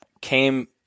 came